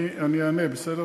אני אענה, בסדר?